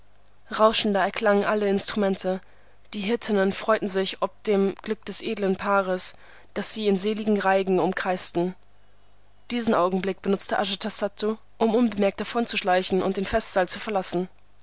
rauschender erklangen alle instrumente die hirtinnen freuten sich ob dem glück des edlen paares das sie in seligen reigen umkreisten diesen augenblick benutzte ajatasattu um unbemerkt davonzuschleichen und den festsaal zu verlassen